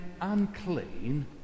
unclean